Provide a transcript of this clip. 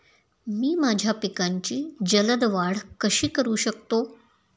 मी माझ्या पिकांची जलद वाढ कशी करू शकतो?